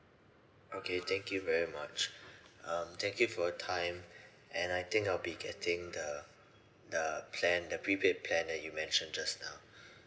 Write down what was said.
okay thank you very much um thank you for your time and I think I'll be getting the the plan the pre-paid plan that you mentioned just now